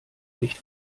nicht